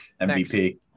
MVP